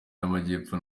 y’amajyepfo